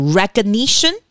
recognition